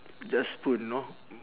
just food know